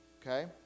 okay